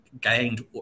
gained